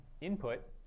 input